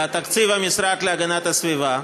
לתקציב המשרד להגנת הסביבה,